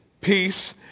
peace